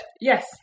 Yes